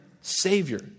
Savior